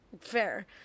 Fair